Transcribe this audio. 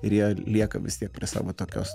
ir jie lieka prie savo tokios